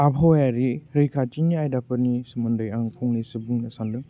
आबहावायारि रैखाथिनि आयदाफोरनि सोमोनदै आं फंनैसो बुंनो सानदों